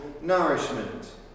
nourishment